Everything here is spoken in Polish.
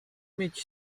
mieć